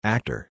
Actor